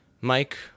Mike